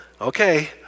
okay